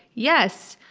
yes,